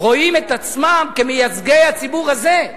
רואים את עצמם כמייצגי הציבור הזה,